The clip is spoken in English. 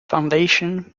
foundation